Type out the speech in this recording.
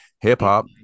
hip-hop